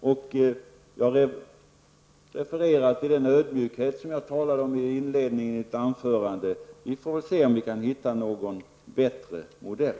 Jag vill referera till den ödmjukhet jag talade om i inledningen av mitt anförande. Vi får väl se om vi kan hitta någon bättre modell.